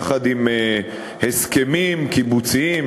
יחד עם הסכמים קיבוציים,